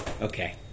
okay